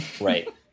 Right